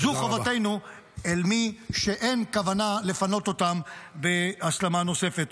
זו חובתנו למי שאין כוונה לפנות אותם בהסלמה נוספת.